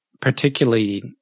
particularly